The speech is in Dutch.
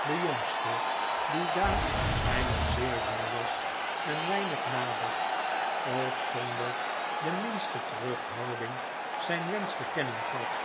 de jongste die daar hij nog zeer jong was en weinig nadacht ook zonder de minste terughoudingzijn wensch te kennen gaf